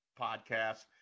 Podcast